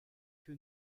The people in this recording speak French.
que